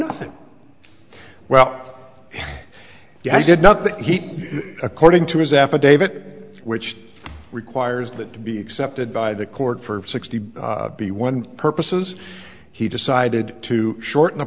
nothing well you did nothing he according to his affidavit which requires that to be accepted by the court for sixty b one purposes he decided to shorten the